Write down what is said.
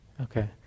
Okay